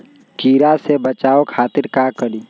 कीरा से बचाओ खातिर का करी?